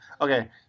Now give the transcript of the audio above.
okay